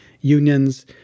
unions